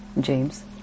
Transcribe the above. James